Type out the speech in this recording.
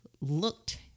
looked